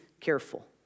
careful